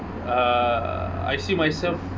err I see myself